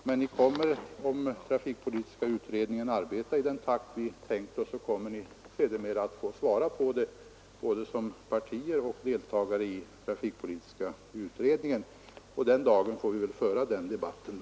Men ni kommer — om trafikpolitiska utredningen arbetar i den takt vi tänkt oss — sedermera att få svara på den, både i era partier och i trafikpolitiska: utredningen, och vi får väl föra den debatten då.